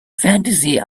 fantasy